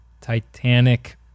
Titanic